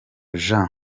jean